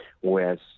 whereas